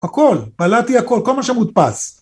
הכל, בלעתי הכל, כל מה שמודפס